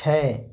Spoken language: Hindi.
छः